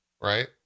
right